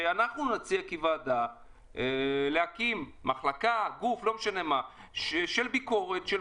שאנחנו נציע כוועדה להקים גוף או מחלקה של ביקורת של